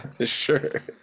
sure